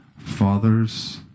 fathers